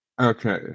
Okay